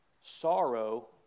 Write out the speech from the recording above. Sorrow